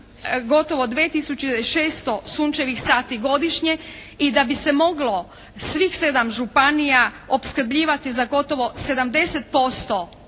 tisuće 600 sunčevih sati godišnje i da bi se moglo svih 7 županija opskrbljivati za gotovo 70%